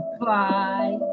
Bye